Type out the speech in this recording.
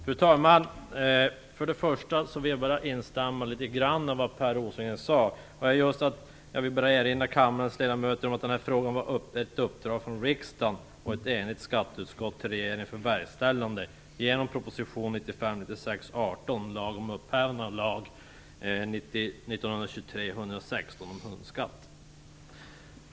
Fru talman! Jag instämmer litet grand i det som Per Rosengren sade. Jag vill också erinra kammarens ledamöter om att denna fråga är ett uppdrag från riksdagen och ett enigt skatteutskott till regeringen för verkställande genom proposition 1995/96:18, Lag om upphävande av lagen 1923:116 om hundskatt.